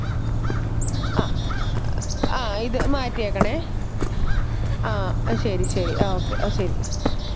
ആ ആ ഇത് മാറ്റിയേക്കണെ ആ ശരി ശരി ആ ഓക്കെ ആ ശരി